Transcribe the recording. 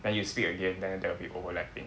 then you speak again then there will be overlapping